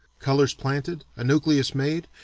colors planted, a nucleus made,